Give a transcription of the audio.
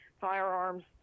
firearms